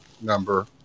number